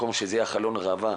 במקום שזה יהיה חלון הראווה.